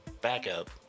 backup